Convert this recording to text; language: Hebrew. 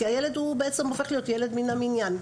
כי הילד הוא בעצם הופך להיות ילד מן המניין.